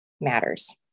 matters